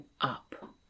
up